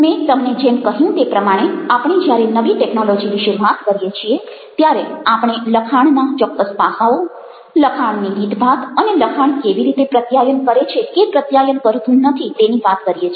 મેં તમને જેમ કહ્યું તે પ્રમાણે આપણે જ્યારે નવી ટેકનોલોજિ વિશે વાત કરીએ છીએ ત્યારે આપણે લખાણના ચોક્કસ પાસાઓ લખાણની રીત ભાત અને લખાણ કેવી રીતે પ્રત્યાયન કરે છે કે પ્રત્યાયન કરતું નથી તેની વાત કરીએ છીએ